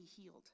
healed